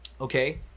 okay